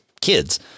kids